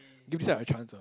give this side a chance ah